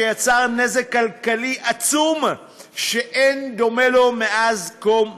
שיצר נזק כלכלי עצום שאין דומה לו מאז קום המדינה.